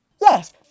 Yes